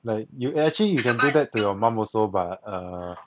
like you can actually you can do that to your mum also but err